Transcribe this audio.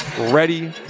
ready